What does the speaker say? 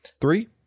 Three